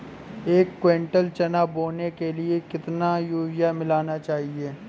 एक कुंटल चना बोने के लिए कितना यूरिया मिलाना चाहिये?